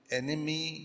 enemy